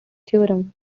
theorem